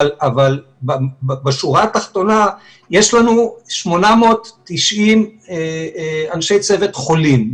אבל בשורה התחתונה יש לנו 890 אנשי צוות חולים.